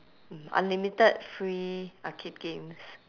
mm unlimited free arcade games